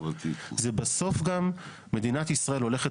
זה בסוף גם מדינת ישראל הולכת